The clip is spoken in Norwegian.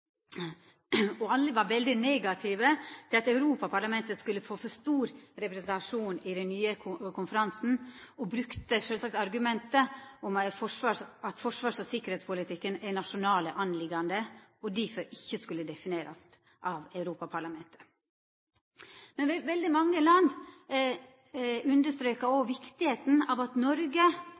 Alle var veldig negative til at Europaparlamentet skulle få for stor representasjon i den nye konferansen, og brukte sjølvsagt argumentet om at forsvars- og sikkerheitspolitikk er nasjonale saker og difor ikkje skulle definerast av Europaparlamentet. Veldig mange land understreka òg viktigheita av at Noreg